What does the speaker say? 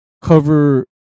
cover